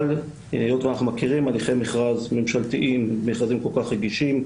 אבל היות שאנחנו מכירים הליכי מכרז ממשלתיים במכרזים כל כך רגישים,